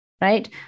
right